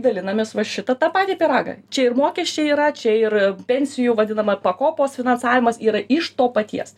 dalinamės va šitą tą patį pyragą čia ir mokesčiai yra čia ir pensijų vadinama pakopos finansavimas yra iš to paties